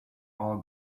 all